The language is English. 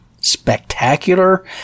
spectacular